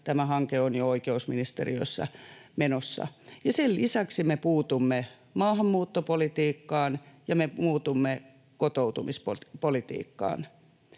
tämä hanke on jo oikeusministeriössä menossa. Sen lisäksi me puutumme maahanmuuttopolitiikkaan ja me puutumme kotoutumispolitiikkaan.